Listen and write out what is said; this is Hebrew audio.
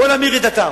בוא נמיר את דתם.